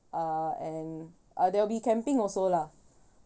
uh and uh there will be camping also lah